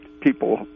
people